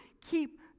keep